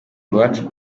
iwacu